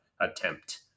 attempt